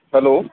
hello